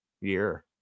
year